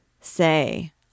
say